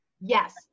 yes